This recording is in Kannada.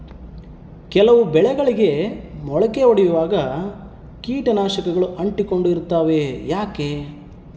ಕೆಲವು ಬೆಳೆಗಳಿಗೆ ಮೊಳಕೆ ಒಡಿಯುವಾಗ ಕೇಟನಾಶಕಗಳು ಅಂಟಿಕೊಂಡು ಇರ್ತವ ಯಾಕೆ?